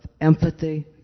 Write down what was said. empathy